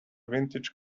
vintage